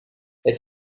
elle